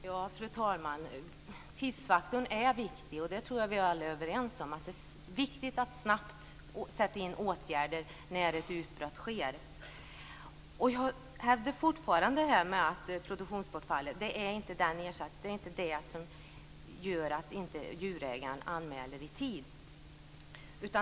Fru talman! Tidsfaktorn är viktig, det tror jag att vi alla är överens om. Det är viktigt att snabbt sätta in åtgärder när ett utbrott sker. Jag hävdar fortfarande att ersättningen för produktionsbortfall inte är det som gör att djurägaren inte gör anmälan i tid.